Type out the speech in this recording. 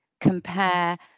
compare